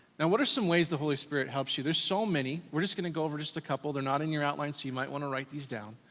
now what are some ways the holy spirit helps you? there's so many, we're just gonna go over just a couple. they're not in your outline, so you might wanna write these down.